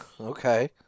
Okay